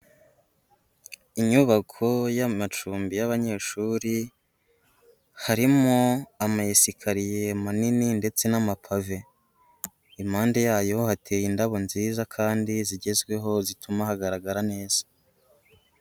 Inyubako y'amacumbi y'abanyeshuri harimo amayesikariye munani ndetse n'amapave, impande yayo hateye indabo nziza kandi zigezweho zituma hagaragara neza.